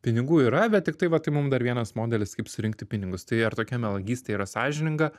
pinigų yra bet tiktai va tai mum dar vienas modelis kaip surinkti pinigus tai ar tokia melagystė yra sąžininga